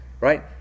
right